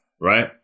right